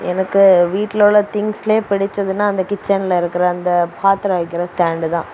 எனக்கு வீட்டில உள்ள திங்ஸ்லயே பிடிச்சதுனால் அந்த கிச்சன்ல இருக்கிற அந்த பாத்திரம் வைக்கிற ஸ்டாண்டு தான்